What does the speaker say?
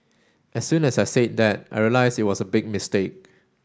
as soon as I said that I realised it was a big mistake